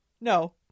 No